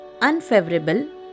unfavorable